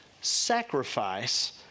sacrifice